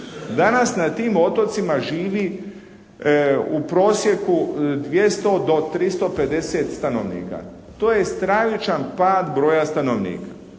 Danas na tim otocima živi u prosjeku 200 do 350 stanovnika. To je stravičan pad broja stanovnika.